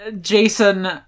jason